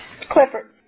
Clifford